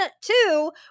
two